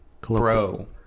bro